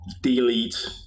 delete